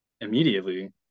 immediately